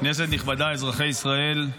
כנסת נכבדה, אזרחי ישראל,